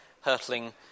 hurtling